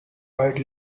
white